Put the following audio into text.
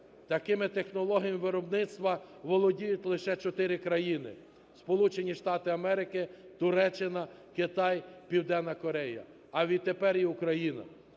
Такими технологіями виробництва володіють лише чотири країни – Сполучені Штати Америки, Туреччина, Китай, Південна Корея, а відтепер і Україна.